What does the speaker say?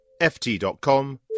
ft.com